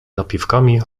napiwkami